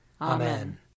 Amen